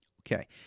Okay